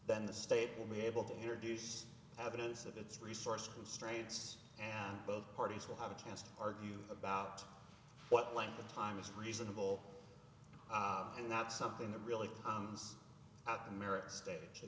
then the state will be able to introduce evidence of its resource constraints and both parties will have a chance to argue about what length of time is reasonable and not something that really